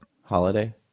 holiday